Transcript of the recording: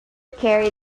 carry